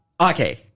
okay